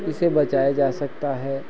इस बचाया जा सकता है